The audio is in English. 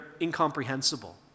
incomprehensible